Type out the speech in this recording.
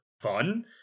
fun